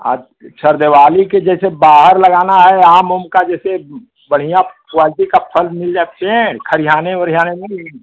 अच्छा दिवाली के जैसे बाहर लगाना है आम ओम का जैसे बढ़िया क्वालिटी का फल मिल जाते हैं खरियाने उरयाने में मिल